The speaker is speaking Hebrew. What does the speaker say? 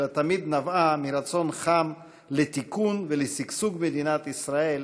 אלא תמיד נבעה מרצון חם לתיקון ולשגשוג מדינת ישראל,